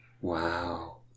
Wow